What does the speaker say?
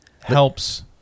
helps